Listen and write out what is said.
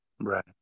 Right